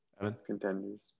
contenders